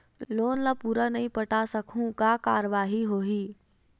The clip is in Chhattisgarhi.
लोन ला पूरा नई पटा सकहुं का कारवाही होही?